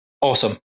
Awesome